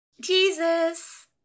Jesus